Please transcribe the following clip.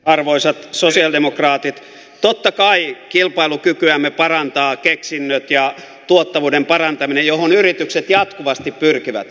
arvoisat sosialidemokraatit totta kai kilpailukykyämme parantavat keksinnöt ja tuottavuuden parantaminen johon yritykset jatkuvasti pyrkivät